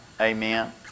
Amen